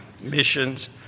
missions